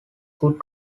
good